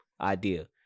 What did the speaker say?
idea